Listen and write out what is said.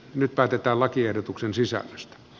nyt päätetään lakiehdotuksen sisällöstä